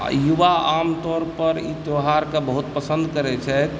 आ युवा आमतौर पर ई त्यौहारकऽ बहुत पसन्द करैत छथि